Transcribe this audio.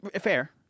Fair